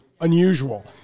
unusual